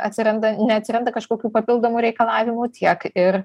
atsiranda neatsiranda kažkokių papildomų reikalavimų tiek ir